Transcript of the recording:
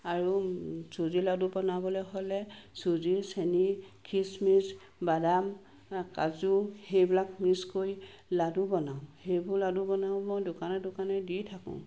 আৰু চুজি লাডু বনাবলৈ হ'লে চুজি চেনি খিচমিচ বাদাম কাজু সেইবিলাক মিক্স কৰি লাডু বনাও সেইবোৰ লাডু বনাও মই দোকানে দোকানে দি থাকোঁ